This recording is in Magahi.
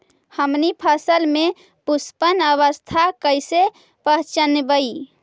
हमनी फसल में पुष्पन अवस्था कईसे पहचनबई?